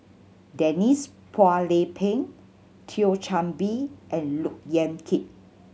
Denise Phua Lay Peng Thio Chan Bee and Look Yan Kit